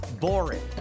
boring